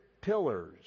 pillars